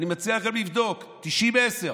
אני מציע לכם לבדוק, זה 10:90,